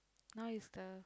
now is the